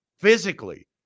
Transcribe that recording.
physically